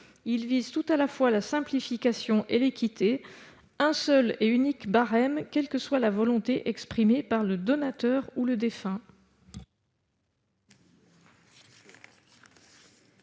Il vise tout à la fois la simplification et l'équité, en instaurant un seul et unique barème, quelle que soit la volonté exprimée par le donateur ou le défunt.